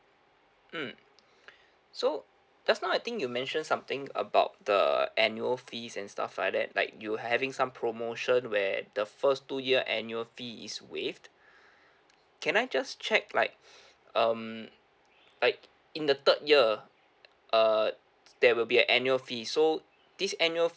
mm so just now I think you mention something about the annual fees and stuff like that like you having some promotion where the first two year annual fee is waived can I just check like um like in the third year err there will be a annual fee so this annual